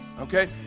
okay